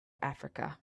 africa